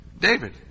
David